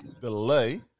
delay